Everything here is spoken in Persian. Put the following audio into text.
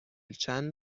چند